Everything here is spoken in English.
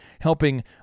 helping